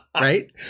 right